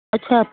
ਅੱਛਾ